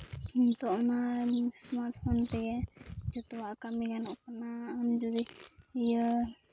ᱱᱤᱛᱚᱜ ᱚᱱᱟ smart phone ᱛᱮᱜᱮ ᱡᱚᱛᱚᱣᱟᱜ ᱠᱟᱹᱢᱤ ᱜᱟᱱᱚᱜ ᱠᱟᱱᱟ ᱟᱢ ᱡᱩᱫᱤ ᱤᱭᱟᱹ